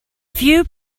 few